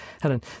Helen